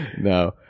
No